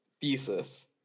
thesis